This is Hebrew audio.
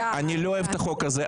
אני לא אוהב את החוק הזה,